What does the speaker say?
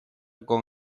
con